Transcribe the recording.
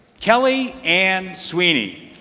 kelly ann sweeney.